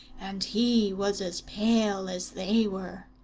and he was as pale as they were.